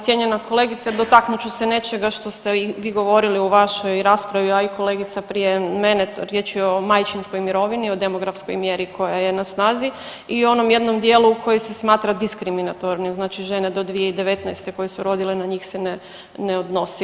Cijenjena kolegice dotaknut ću se nečega što ste i vi govorili u vašoj raspravi, a kolegica prije mene, riječ je o majčinskoj mirovini o demografskoj mjeri koja je na snazi i onom jednom dijelu koji se smatra diskriminatornim, znači žene do 2019. koje su rodile na njih se ne odnosi.